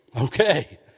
Okay